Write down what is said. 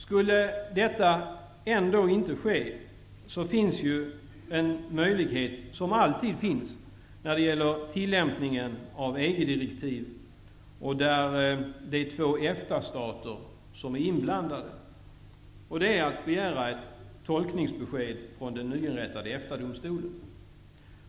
Skulle detta ändå inte ske har man att ta till den möjlighet som alltid finns när det gäller tillämpningen av EG-direktiv då två EFTA-stater är inblandade. Man kan begära ett tolkningsbesked från den nyinrättade EFTA-domstolen.